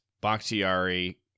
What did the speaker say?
Bakhtiari